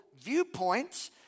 viewpoints